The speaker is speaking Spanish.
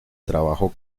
trabajó